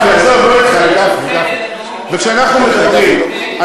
אבל הם מקבלים דברים אחרים.